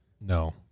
No